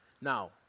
Now